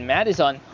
Madison